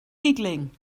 giggling